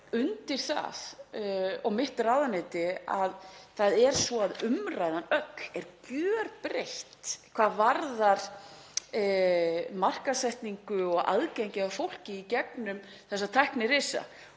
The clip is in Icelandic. undir það, mitt ráðuneyti, að umræðan öll er gjörbreytt hvað varðar markaðssetningu og aðgengi að fólki í gegnum þessa tæknirisa,